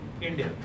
India